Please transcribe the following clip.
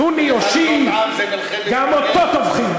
סוני או שיעי, גם אותו טובחים.